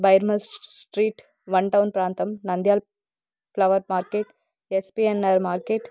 Byrmal street one town ప్రాంతం Nandyal flower market SPNR market